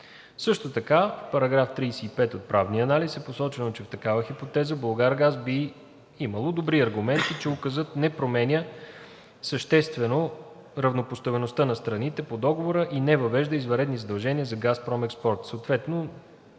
Също така в § 35 от правния анализ е посочено, че в такава хипотеза „Булгаргаз“ би имало добри аргументи, че Указът не променя съществено равнопоставеността на страните по Договора и не въвежда извънредни задължения за „Газпром Експорт“,